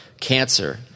cancer